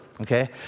okay